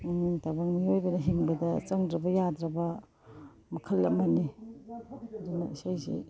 ꯇꯥꯏꯕꯪ ꯃꯤꯑꯣꯏꯕꯗ ꯍꯤꯡꯕꯗ ꯆꯪꯗꯕ ꯌꯥꯗ꯭ꯔꯕ ꯃꯈꯜ ꯑꯃꯅꯤ ꯑꯗꯨꯅ ꯏꯁꯩꯁꯤ